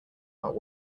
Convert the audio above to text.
are